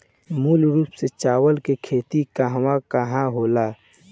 मूल रूप से चावल के खेती कहवा कहा होला?